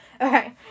okay